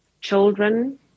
children